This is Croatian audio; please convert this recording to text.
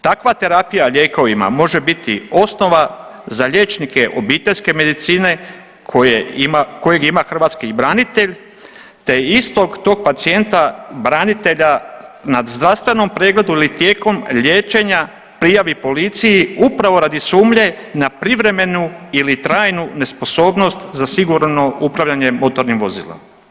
Takva terapija lijekovima može biti osnova za liječnike obiteljske medicine kojeg ima hrvatski branitelj, te istog tog pacijenta branitelja na zdravstvenom pregledu ili tijekom liječenja prijavi policiji upravo radi sumnje na privremenu ili trajnu nesposobnost za sigurno upravljanje motornim vozilom.